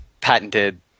patented